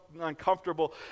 uncomfortable